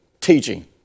teaching